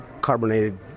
carbonated